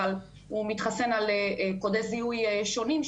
אבל הוא מתחסן על קודי זיהוי שונים,